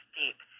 deep